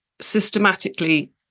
systematically